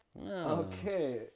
Okay